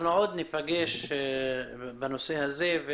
עוד ניפגש בנושא הזה,